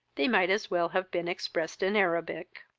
they might as well have been expressed in arabic.